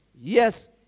Yes